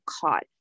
caught